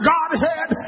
Godhead